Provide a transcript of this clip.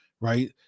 right